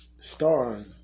Starring